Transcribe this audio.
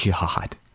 God